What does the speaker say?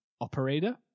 operator